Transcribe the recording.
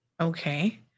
Okay